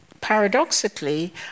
paradoxically